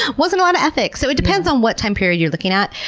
wasn't a lot of ethics. so it depends on what time period you're looking at.